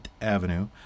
Avenue